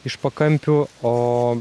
iš pakampių o